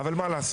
אבל מה לעשות